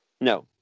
No